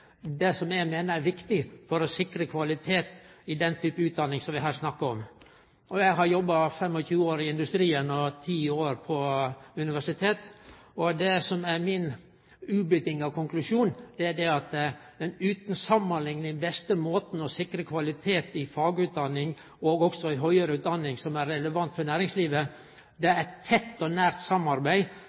det som eg meiner er viktig for å sikre kvalitet i den typen utdanning som vi snakkar om her. Eg har jobba 25 år i industrien og ti år på universitet, og min absolutte konklusjon er at den utan samanlikning beste måten å sikre kvalitet i fagutdanning og høgare utdanning på som er relevant for næringslivet, er å ha eit tett og nært samarbeid